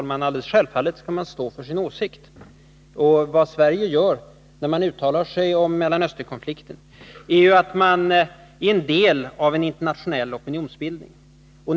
Herr talman! Självfallet skall man stå för sin åsikt. När Sverige uttalar sig om Mellanösternkonflikten blir emellertid dess uttalande en del av den internationella opinionsbildningen.